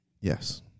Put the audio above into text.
yes